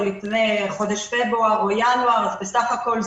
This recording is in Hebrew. או לפני חודש פברואר או ינואר בסך הכול,